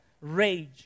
rage